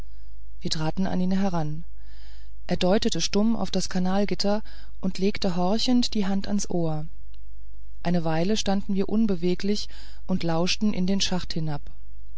wir traten an ihn heran er deutete stumm auf das kanalgitter und legte horchend die hand ans ohr eine weile standen wir unbeweglich und lauschten in den schacht hinab